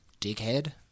Dighead